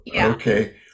okay